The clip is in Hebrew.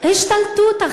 השתלטות.